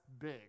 big